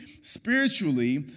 spiritually